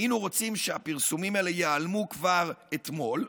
היינו רוצים שהפרסומים האלה ייעלמו כבר אתמול,